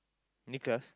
Nicholas